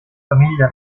famiglia